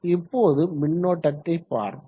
இப்போது மின்னோட்டத்தை பார்ப்போம்